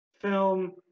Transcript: film